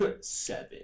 seven